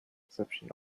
reception